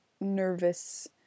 nervous